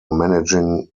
managing